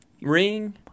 ring